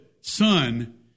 Son